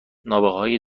نابغههای